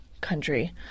country